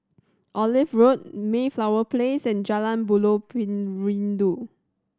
Olive Road Mayflower Place and Jalan Buloh Perindu